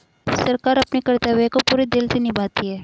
सरकार अपने कर्तव्य को पूरे दिल से निभाती है